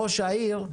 ראש העיר,